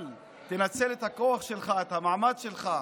אבל תנצל את הכוח שלך, את המעמד שלך.